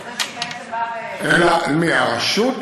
זה לא שהיא בעצם באה, מי, הרשות?